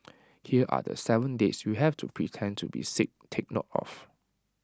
here are the Seven dates you have to pretend to be sick take note of